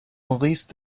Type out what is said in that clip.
maurice